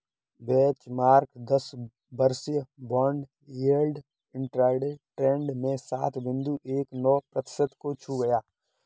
benchmark दस वर्षीय bond yield intraday trade में सात बिंदु एक नौ प्रतिशत को छू गया